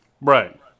Right